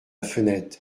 fenêtre